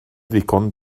ddigon